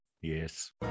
Yes